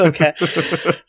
Okay